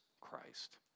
Christ